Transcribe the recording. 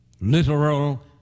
literal